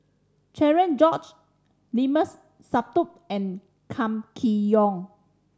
Cherian George Limat Sabtu and Kam Kee Yong